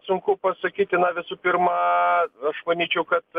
sunku pasakyti na visų pirma aš manyčiau kad